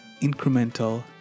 incremental